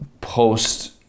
post